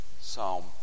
Psalm